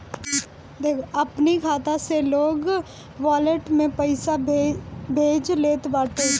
अपनी खाता से लोग वालेट में पईसा भेज लेत बाटे